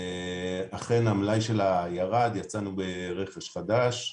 אכן המלאי שלה ירד ויצאנו ברכש חדש.